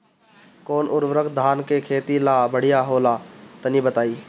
कौन उर्वरक धान के खेती ला बढ़िया होला तनी बताई?